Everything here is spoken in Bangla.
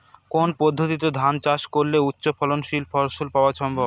কোন পদ্ধতিতে ধান চাষ করলে উচ্চফলনশীল ফসল পাওয়া সম্ভব?